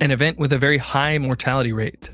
an event with a very high mortality rate.